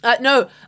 no